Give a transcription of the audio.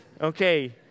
Okay